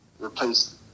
replace